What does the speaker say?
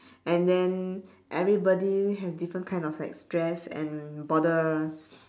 and then everybody have different kind of like stress and bother